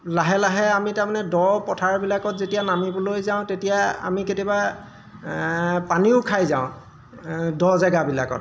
লাহে লাহে আমি তাৰমানে দ পথাৰবিলাকত যেতিয়া নামিবলৈ যাওঁ তেতিয়া আমি কেতিয়াবা পানীও খাই যাওঁ দ জেগাবিলাকত